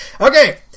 Okay